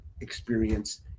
experience